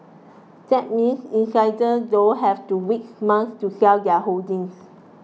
that means insiders don't have to wait months to sell their holdings